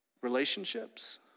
relationships